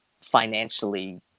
financially